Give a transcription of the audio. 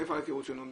מאיפה ההיכרות שלנו?